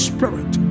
Spirit